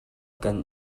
kan